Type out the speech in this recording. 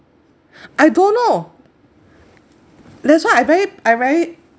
I don't know that's why I very I very